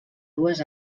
dues